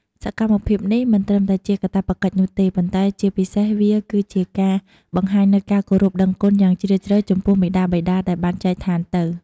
សកម្មភាពនេះមិនត្រឹមតែជាការកាតព្វកិច្ចនោះទេ ប៉ុន្តែជាពិសេសវាគឺការបង្ហាញនូវការគោរពដឹងគុណយ៉ាងជ្រាលជ្រៅចំពោះមាតាបិតាដែលបានចែកឋានទៅ។